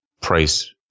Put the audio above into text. price